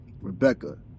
Rebecca